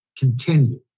Continue